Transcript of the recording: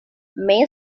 may